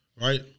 right